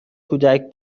کودک